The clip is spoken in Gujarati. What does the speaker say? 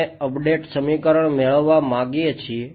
આપણે અપડેટ સમીકરણ મેળવવા માંગીએ છીએ